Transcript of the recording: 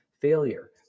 failure